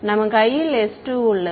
நம் கையில் s2 உள்ளது